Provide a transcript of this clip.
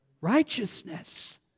Righteousness